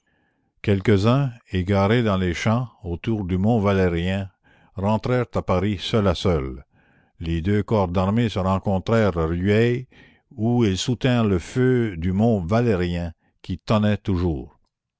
quelques-uns égarés dans les champs autour du montvalérien rentrèrent à paris seul à seul les deux corps d'armée se rencontrèrent à rueil où ils soutinrent le feu du montvalérien qui tonnait toujours